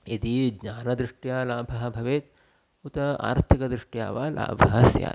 यदि ज्ञानदृष्ट्या लाभः भवेत् उत आर्थिकदृष्ट्या वा लाभः स्यात्